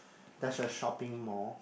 there's a shopping mall